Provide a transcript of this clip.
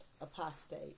apostate